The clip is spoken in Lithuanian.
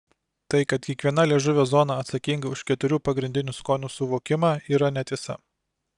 tai kad kiekviena liežuvio zona atsakinga už keturių pagrindinių skonių suvokimą yra netiesa